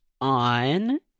on